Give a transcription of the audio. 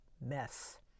mess